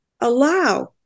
allow